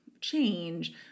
change